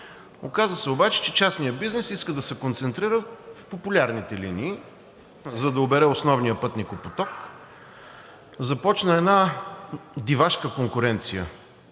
оказа се обаче, че частният бизнес иска да се концентрира в популярните линии, за да обере основния пътникопоток. Започна една дивашка конкуренция